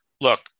Look